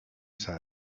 said